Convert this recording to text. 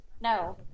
No